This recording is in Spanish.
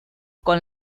con